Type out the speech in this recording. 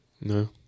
No